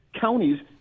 counties